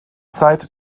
zeit